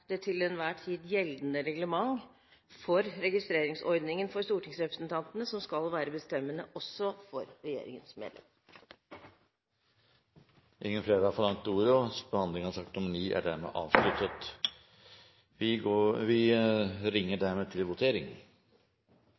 det til enhver tid gjeldende reglement for registreringsordningen for stortingsrepresentantene som skal være bestemmende også for regjeringens medlemmer. Flere har ikke bedt om ordet til sak